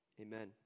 amen